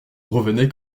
revenaient